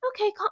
Okay